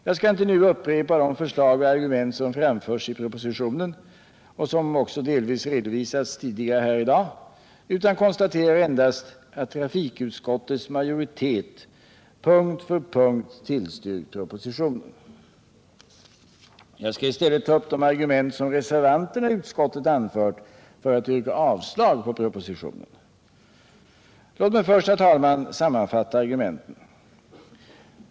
Jag skall inte nu upprepa de förslag och argument som framförts i propositionen och som också delvis redovisats tidigare i dag, utan konstaterar endast att trafikutskottets majoritet på punkt efter punkt tillstyrkt propositionen. Jag skall i stället ta upp de argument som reservanterna i utskottet anfört för att yrka avslag på propositionen. Låt mig först, herr talman, sammanfatta argumenten.